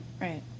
Right